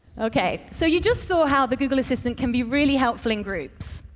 okay. so you just saw how the google assistant can be really helpful in groups.